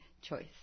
choice